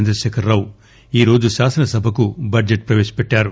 చంద్రశేఖరరావు ఈరోజు శాసనసభకు బడ్జెట్ ప్రవేశపెట్టారు